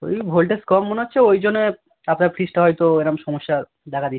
ওই ভোল্টেজ কম মনে হচ্ছে ওই জন্যে আপনার ফ্রিজটা হয়তো এরকম সমস্যা দেখা দিচ্ছে